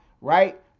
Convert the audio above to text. right